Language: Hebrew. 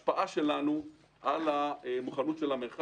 אני אספר איך אנחנו תופסים את ההשפעה שלנו על המוכנות של המרחב,